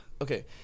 okay